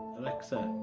alexa.